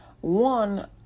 One